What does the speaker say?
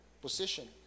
position